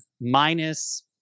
minus